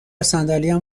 صندلیم